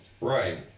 right